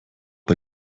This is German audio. bei